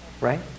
right